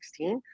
2016